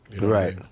Right